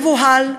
מבוהל,